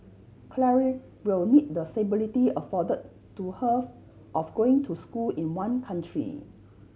Claire will need the stability afforded to her of going to school in one country